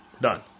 done